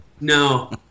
No